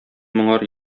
моңар